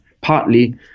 partly